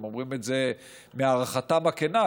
הם אומרים את זה מהערכתם הכנה,